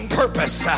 purpose